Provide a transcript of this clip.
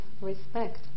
respect